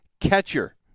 catcher